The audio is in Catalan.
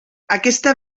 aquesta